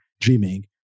dreaming